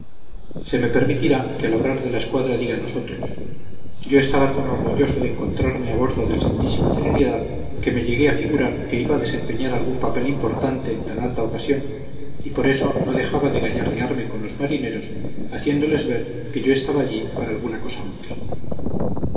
se me permitirá que al hablar de la escuadra diga nosotros yo estaba tan orgulloso de encontrarme a bordo del santísima trinidad que me llegué a figurar que iba a desempeñar algún papel importante en tan alta ocasión y por eso no dejaba de gallardearme con los marineros haciéndoles ver que yo estaba allí para alguna cosa